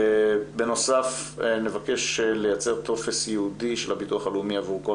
בנוסף נבקש לייצר טופס ייעודי של הביטוח הלאומי עבור כל